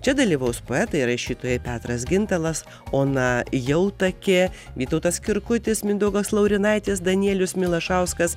čia dalyvaus poetai ir rašytojai petras gintalas ona jautakė vytautas kirkutis mindaugas laurinaitis danielius milašauskas